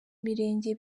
mirenge